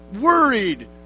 worried